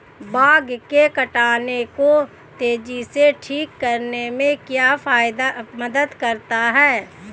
Bug के काटने को तेजी से ठीक करने में क्या मदद करता है?